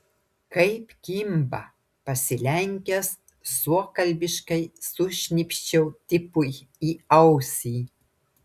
kaip kimba pasilenkęs suokalbiškai sušnypščiau tipui į ausį